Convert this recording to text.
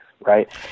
right